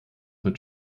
mit